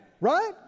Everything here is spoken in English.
right